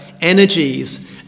energies